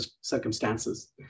circumstances